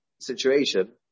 situation